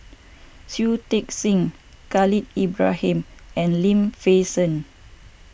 Shui Tit Sing Khalil Ibrahim and Lim Fei Shen